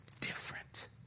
different